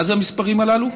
מה זה המספרים הללו?